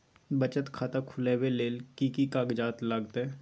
बचत खाता खुलैबै ले कि की कागज लागतै?